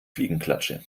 fliegenklatsche